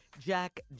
jack